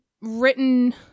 written